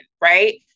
right